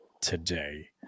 today